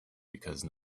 because